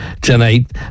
tonight